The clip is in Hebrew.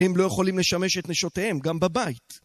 הם לא יכולים לשמש את נשותיהם גם בבית.